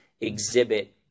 exhibit